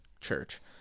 church